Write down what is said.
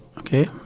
Okay